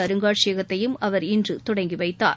அருங்காட்சியத்தையும் அவர் இன்று தொடங்கி வைத்தார்